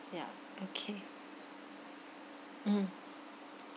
ya okay mm